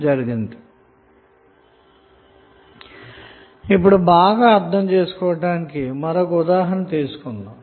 vlcsnap 2019 08 31 18h53m03s239 ఇప్పుడు బాగా అర్ధం కావడానికి మరొక ఉదాహరణ తీసుకుందాం